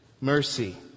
mercy